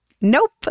Nope